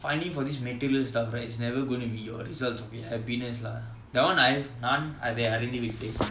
finally for this material stuff right it's never gonna be your results of happiness lah that [one] I've none I mean I didn't really think